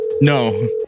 No